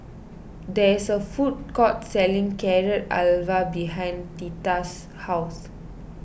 there is a food court selling Carrot Halwa behind theta's house